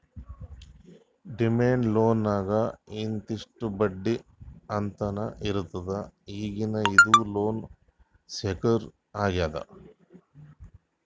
demand ಲೋನ್ಗ್ ಇಂತಿಷ್ಟ್ ಬಡ್ಡಿ ಅಂತ್ನೂ ಇರ್ತದ್ ಈಗೀಗ ಇದು ಲೋನ್ ಸೆಕ್ಯೂರ್ ಆಗ್ಯಾದ್